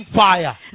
fire